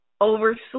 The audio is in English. oversleep